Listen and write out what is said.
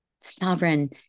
sovereign